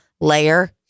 layer